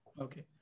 Okay